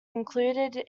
included